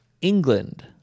England